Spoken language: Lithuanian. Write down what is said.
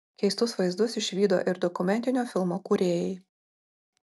keistus vaizdus išvydo ir dokumentinio filmo kūrėjai